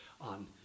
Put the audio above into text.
on